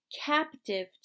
captive